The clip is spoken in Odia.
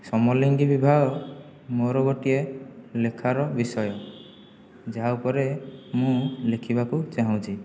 ସମଲିଙ୍ଗୀ ବିବାହ ମୋର ଗୋଟିଏ ଲେଖାର ବିଷୟ ଯାହା ଉପରେ ମୁଁ ଲେଖିବାକୁ ଚାହୁଁଛି